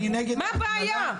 מה הבעיה?